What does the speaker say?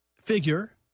figure